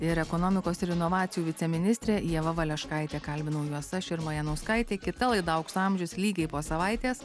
ir ekonomikos ir inovacijų viceministrė ieva valeškaitė kalbinau juos aš irma janauskaitė kita laida aukso amžius lygiai po savaitės